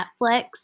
Netflix